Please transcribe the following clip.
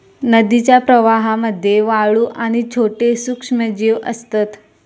नदीच्या प्रवाहामध्ये वाळू आणि छोटे सूक्ष्मजीव असतत